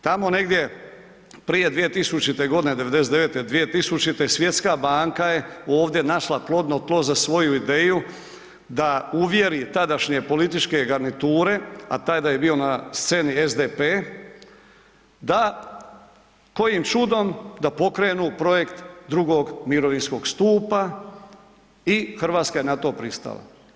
Tamo negdje prije 2000. g. '99., 2000., Svjetska banka je ovdje našla plodno tlo za svoju ideju da uvjeri tadašnje političke garniture, a tada je bio na sceni SDP da kojim čudom, da pokrenu projekt II. mirovinskog stupa i Hrvatska je na to pristala.